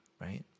right